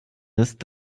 ist